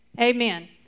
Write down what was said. Amen